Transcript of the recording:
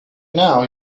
now